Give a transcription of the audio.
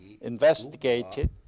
investigated